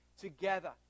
together